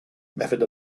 method